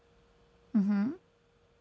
mm hmm